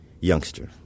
youngster